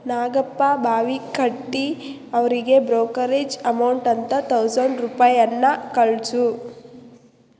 ನಾಗಪ್ಪ ಬಾವಿಕಟ್ಟಿ ಅವರಿಗೆ brokerage amount ಅಂತ thousand ರೂಪಾಯಿಯನ್ನ ಕಳಿಸು